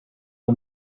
let